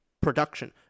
production